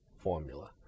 formula